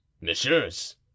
messieurs